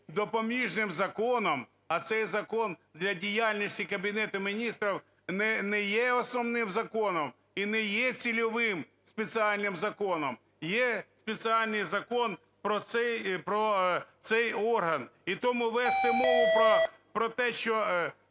допоміжним законом, а цей закон для діяльності Кабінету Міністрів не є основним законом і не є цільовим спеціальним законом, є спеціальний закон про цей орган. І тому вести мову про те, що